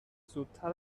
زودتر